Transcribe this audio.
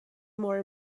more